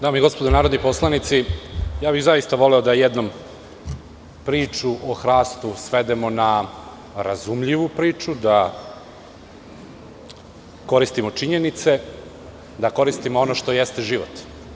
Dame i gospodo narodni poslanici, zaista bih voleo da jednom priču o hrastu svedemo na razumljivu priču, da koristimo činjenice, da koristimo ono što jeste život.